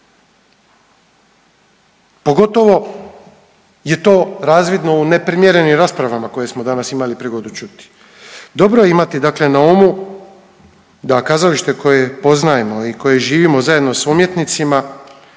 pogotovo je to razvidno u neprimjerenim raspravama koje smo danas imali prigodu čuti. Dobro je imati na umu da kazalište koje poznajemo i koje živimo zajedno s umjetnicima